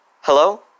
Hello